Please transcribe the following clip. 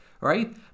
right